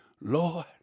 Lord